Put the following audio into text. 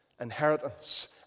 inheritance